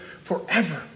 forever